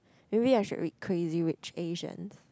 maybe I should read Crazy-Rich-Asians